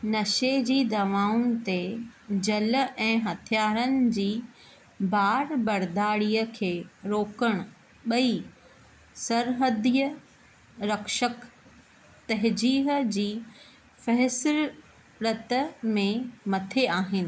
नशे जी दवाउनि ते झल ऐं हथियारनि जी बार बर्दाड़ीअ खे रोकणु ॿई सरहदी रक्षकु तहजीह जी फ़हसिस्त में मथे आहिनि